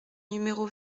numéro